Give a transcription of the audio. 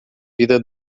vida